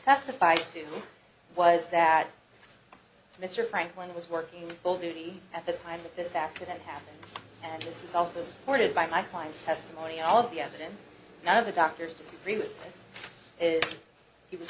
testified to was that mr franklin was working full duty at the time that this accident happened and this is also supported by my client testimony all of the evidence none of the doctors disagree with is he was